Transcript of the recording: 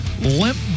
Limp